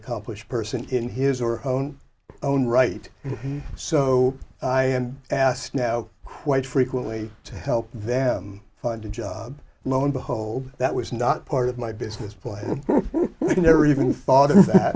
accomplished person in his or her own own right so i am asked now quite frequently to help them find a job lo and behold that was not part of my business plan never even thought of that